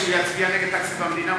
שהוא יצביע נגד תקציב המדינה,